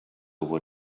what